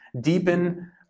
deepen